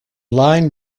line